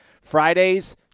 Fridays